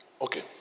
Okay